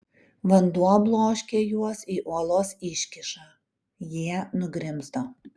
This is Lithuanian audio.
vanduo bloškė juos į uolos iškyšą jie nugrimzdo